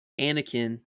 anakin